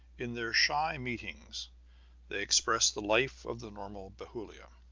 in their shy meetings they express the life of the normal bethulia.